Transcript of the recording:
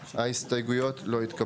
הצבעה בעד 3 נגד 4 ההסתייגויות לא התקבלו.